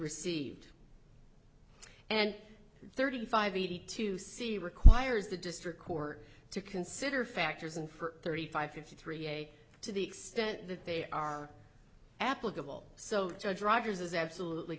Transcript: received and thirty five eighty two c requires the district court to consider factors in for thirty five fifty three to the extent that they are applicable so judge rogers is absolutely